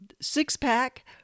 six-pack